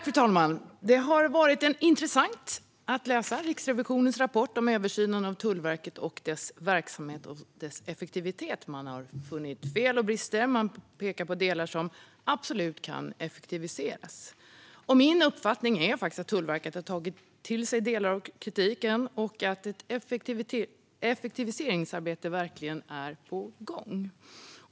Fru talman! Det har varit intressant att läsa Riksrevisionens rapport om översynen av Tullverket och dess verksamhet och effektivitet. Man har funnit fel och brister och pekar på delar som absolut kan effektiviseras. Min uppfattning är att Tullverket har tagit till sig delar av kritiken och att ett effektiviseringsarbete verkligen är på gång.